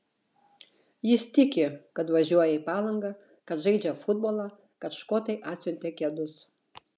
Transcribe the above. jis tiki kad važiuoja į palangą kad žaidžia futbolą kad škotai atsiuntė kedus